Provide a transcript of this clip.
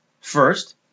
First